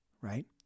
right